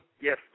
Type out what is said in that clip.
Yes